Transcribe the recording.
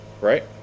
right